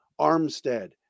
Armstead